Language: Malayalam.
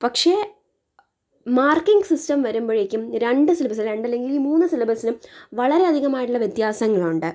പക്ഷെ മാര്ക്കിങ്ങ് സിസ്റ്റം വരുമ്പഴേക്കും രണ്ടു സിലബസിനും രണ്ടു അല്ലെങ്കില് ഈ മൂന്ന് സിലബസിനും വളരെ യധികം ആയിട്ടുള്ള വ്യത്യാസങ്ങളുണ്ട്